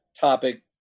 topic